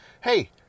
hey